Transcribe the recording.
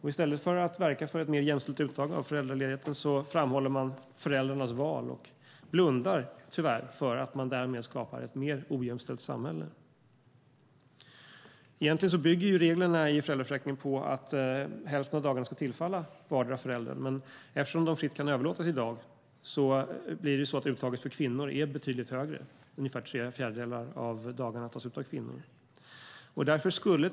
I stället för att verka för ett mer jämställt uttag av föräldraledigheten framhåller man föräldrarnas val och blundar tyvärr för att man därmed skapar ett mer ojämställt samhälle. Egentligen bygger reglerna i föräldraförsäkringen på att hälften av dagarna ska tillfalla vardera föräldern, men eftersom dagar fritt kan överlåtas i dag blir uttaget för kvinnor betydligt högre. Ungefär tre fjärdedelar av dagarna tas ut av kvinnor.